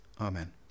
Amen